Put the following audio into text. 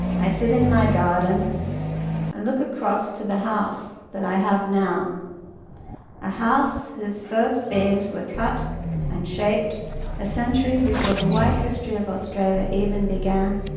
i sit in my garden and look across to the house i have now a house whose first beams were cut and shaped a century before the white history of australia even began.